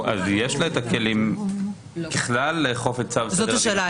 יש לה את הכלים לאכוף את צו --- אז זאת השאלה.